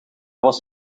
was